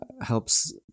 helps